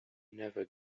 never